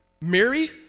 Mary